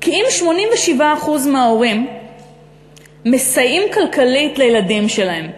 כי אם 87% מההורים מסייעים כלכלית לילדים שלהם,